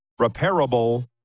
repairable